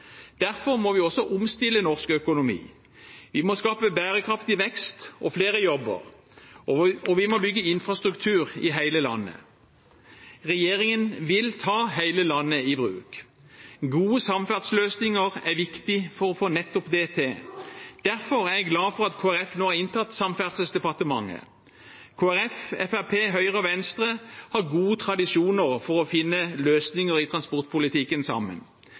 Derfor må vi også omstille norsk økonomi. Vi må skape bærekraftig vekst og flere jobber, og vi må bygge infrastruktur i hele landet. Regjeringen vil ta hele landet i bruk. Gode samferdselsløsninger er viktig for å få nettopp det til. Derfor er jeg glad for at Kristelig Folkeparti nå har inntatt Samferdselsdepartementet. Kristelig Folkeparti, Fremskrittspartiet, Høyre og Venstre har gode tradisjoner for å finne løsninger sammen i transportpolitikken.